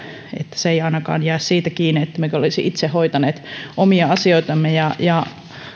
se ei ainakaan jää siitä kiinni ettemmekö olisi itse hoitaneet omia asioitamme ja ja